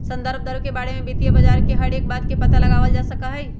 संदर्भ दर के बारे में वित्तीय बाजार से हर एक बात के पता लगावल जा सका हई